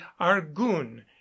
argun